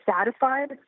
satisfied